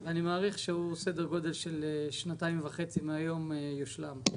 אני מעריך שהוא סדר גודל של שנתיים וחצי מהיום יושלם.